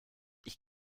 ich